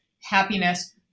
happiness